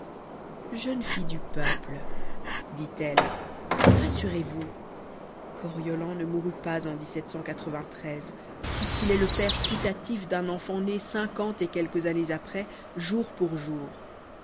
jeunes filles du peuple dit-elle rassurez-vous coriolan ne mourut pas en puisqu'il est le père putatif d'un enfant né cinquante et quelques années après jour pour jour